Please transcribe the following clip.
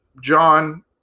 John